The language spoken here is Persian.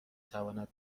تواند